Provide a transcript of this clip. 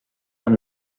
amb